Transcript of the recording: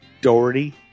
Doherty